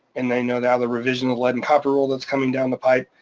and they know now the revision of lead and copper rule that's coming down the pipe.